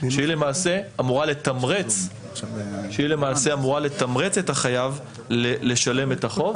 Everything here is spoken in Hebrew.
והיא אמורה לתמרץ את החייב לשלשם את החוב.